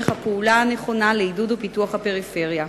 הפעולה הנכונה לעידוד ולפיתוח של הפריפריה.